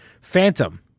Phantom